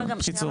ההיקפים.